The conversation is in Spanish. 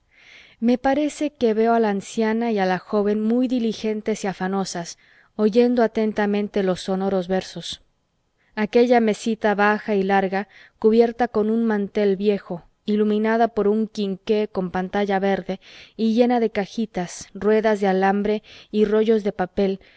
me parece que veo a la anciana y a la joven muy diligentes y afanosas oyendo atentamente los sonoros versos aquella mesita baja y larga cubierta con un mantel viejo iluminada por un quinqué con pantalla verde y llena de cajitas ruedas de alambre y rollos de papel